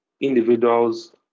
individual's